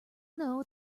know